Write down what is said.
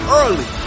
early